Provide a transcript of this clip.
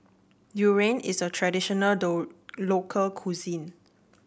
Durian is a traditional local cuisine